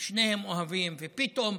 שניהם אוהבים, ופתאום